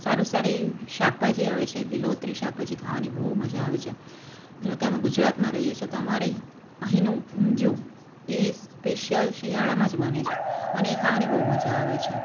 સારું સારી શાકભાજી આવે છે લીલોતરી શાકભાજી ખાવાની બહુ મજા આવે છે ધારો કે અમે ગુજરાતમાં રહીએ છીએ તો અમારે અહીનું ઊંધિયું એ સ્પેશ્યલ શિયાળામાં જ બને છે અને એ ખાવાની બહુ મજા આવે છે